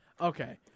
Okay